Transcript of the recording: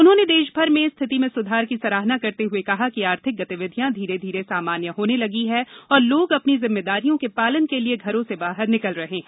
उन्होंने देश भर में स्थिति में सुधार की सराहना करते हुए कहा कि आर्थिक गतिविधियां धीरे धीरे सामान्य होने लगी है औरे लोग अपनी जिम्मेदारियों के पालन के लिए घरों से बाहर निकल रहे हैं